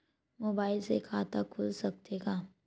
Mobile से खाता खुल सकथे का?